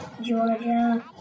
Georgia